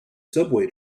subway